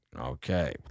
Okay